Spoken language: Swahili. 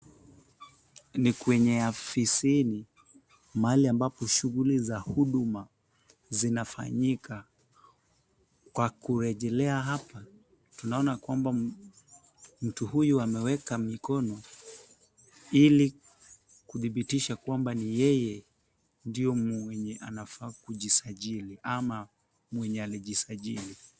Ni kwenye afisini mahali ambapo shughuli za huduma zinafanyika .Kwa kurejelea hapa tunaona kwamba mtu huyu ameweka mikono ili kudhibitisha kwamba ni yeye ndio mwenye anafaa kujisajili ama mwenye alijisajili.